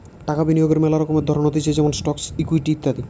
টাকা বিনিয়োগের মেলা রকমের ধরণ হতিছে যেমন স্টকস, ইকুইটি ইত্যাদি